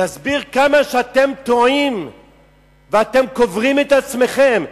להסביר כמה שאתם טועים ואתם קוברים את עצמכם.